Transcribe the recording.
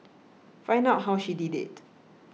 find out how she did it